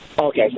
Okay